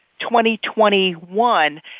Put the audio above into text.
2021